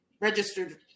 registered